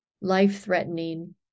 life-threatening